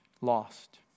lost